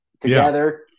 together